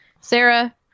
Sarah